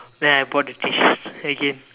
then I bought the T-shirts again